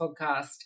podcast